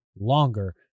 longer